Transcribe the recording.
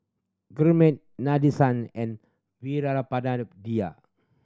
Gurmeet Nadesan and Veerapandiya